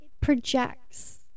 projects